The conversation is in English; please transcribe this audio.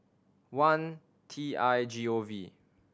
one T I G O V